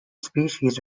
species